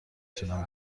تونم